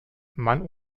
mann